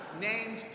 named